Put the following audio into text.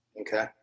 Okay